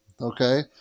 okay